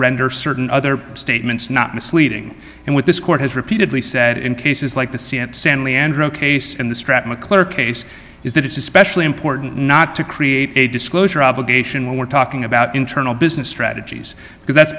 render certain other statement it's not misleading and what this court has repeatedly said in cases like the c n n san leandro case in the stratum a clear case is that it's especially important not to create a disclosure obligation when we're talking about internal business strategies because that's